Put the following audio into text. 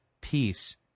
peace